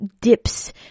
dips